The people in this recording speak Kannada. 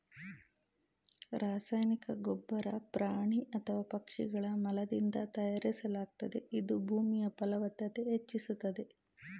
ರಾಸಾಯನಿಕ ಗೊಬ್ಬರ ಪ್ರಾಣಿ ಅಥವಾ ಪಕ್ಷಿಗಳ ಮಲದಿಂದ ತಯಾರಿಸಲಾಗ್ತದೆ ಇದು ಭೂಮಿಯ ಫಲವ್ತತತೆ ಹೆಚ್ಚಿಸ್ತದೆ